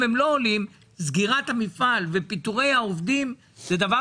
סגירת המפעל ופיטורי העובדים זה דבר